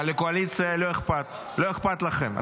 אבל לקואליציה לא אכפת, לא אכפת לכם.